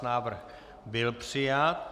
Návrh byl přijat.